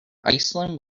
iceland